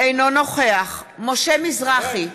אינו נוכח משה מזרחי,